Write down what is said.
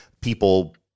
people